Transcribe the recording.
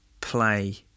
play